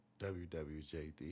WWJD